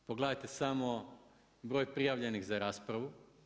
Pogledajte samo broj prijavljenih za raspravu.